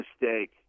mistake